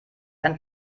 ein